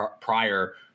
prior